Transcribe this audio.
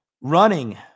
running